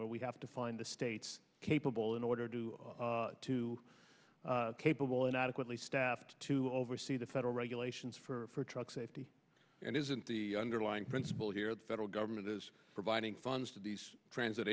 where we have to find the states capable in order to to capable and adequately staffed to oversee the federal regulations for truck safety and isn't the underlying principle here the federal government is providing funds to these transit